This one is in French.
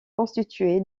constitué